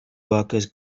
workers